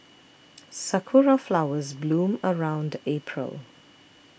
sakura flowers bloom around April